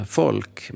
folk